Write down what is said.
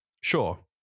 sure